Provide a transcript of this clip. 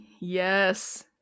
Yes